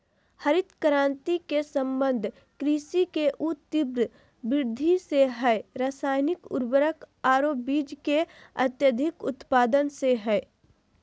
हरित क्रांति के संबंध कृषि के ऊ तिब्र वृद्धि से हई रासायनिक उर्वरक आरो बीज के अत्यधिक उत्पादन से हई